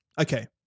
Okay